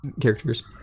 characters